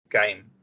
game